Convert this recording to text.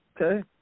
Okay